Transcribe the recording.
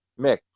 Mick